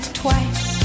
twice